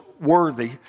worthy